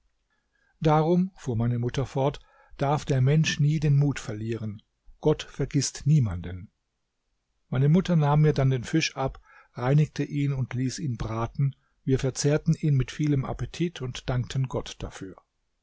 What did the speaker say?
darum fuhr meine mutter fort darf der mensch nie den mut verlieren gott vergißt niemanden meine mutter nahm mir dann den fisch ab reinigte ihn und ließ ihn braten wir verzehrten ihn mit vielem appetit und dankten gott dafür